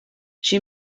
she